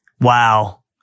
Wow